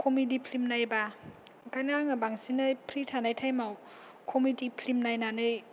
comedy film नायबा ओंखायनो आं बांसिनै फ्रि थानाय टाइमाव कमेदि फ्लिम नायनानै